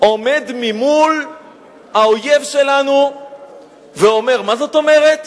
עומד ממול האויב שלנו ואומר: מה זאת אומרת?